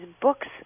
books